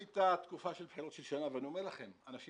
הייתה תקופה של שנה של בחירות ואני אומר לכם,